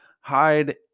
hide